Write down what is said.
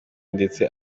ndetse